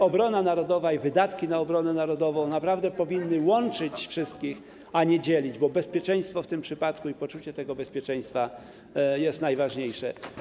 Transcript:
Obrona narodowa i wydatki na obronę narodową naprawdę powinny łączyć wszystkich, a nie dzielić, bo bezpieczeństwo w tym przypadku, poczucie tego bezpieczeństwa jest najważniejsze.